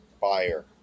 buyer